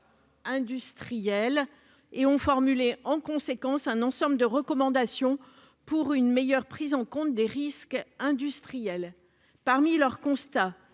industriels et ont formulé en conséquence un ensemble de recommandations pour une meilleure prise en compte des risques y afférents. Parmi leurs constats,